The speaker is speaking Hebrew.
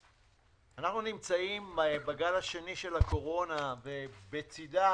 אנחנו נמצאים בגל קשה של קורונה ובגל